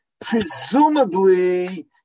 Presumably